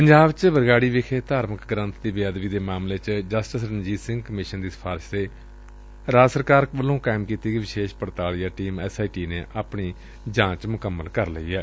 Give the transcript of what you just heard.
ਪੰਜਾਬ ਚ ਬਰਗਾਤੀ ਵਿਖੇ ਧਾਰਮਿਕ ਗਰੰਬ ਦੀ ਬੇਅਦਬੀ ਦੇ ਮਾਮਲੇ ਚ ਜਸਟਿਸ ਰਣਜੀਤ ਸਿੰਘ ਕਮਿਸ਼ਨ ਦੀ ਸਿਫਾਰਸ਼ ਤੇ ਰਾਜ ਸਰਕਾਰ ਵੱਲੋਂ ਕਾਇਮ ਕੀਤੀ ਵਿਸ਼ੇਸ਼ ਪੜਤਾਲੀਆਂ ਟੀਮ ਐਸ ਆਈ ਟੀ ਨੇ ਆਪਣੀ ਜਾਂਚ ਮੁਕੰਮਲ ਕਰ ਲਈ ਏ